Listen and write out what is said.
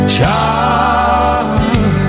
Child